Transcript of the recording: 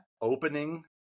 opening